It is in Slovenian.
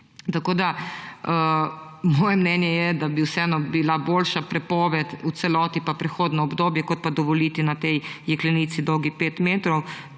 Moje mnenje je, da bi vseeno bila boljša prepoved v celoti pa prehodno obdobje, kot pa dovoliti na tej jeklenici, dolgi 5 metrov,